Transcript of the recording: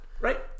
Right